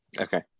Okay